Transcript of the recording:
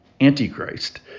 Antichrist